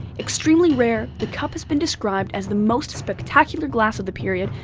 extremely rare, the cup has been described as the most spectacular glass of the period,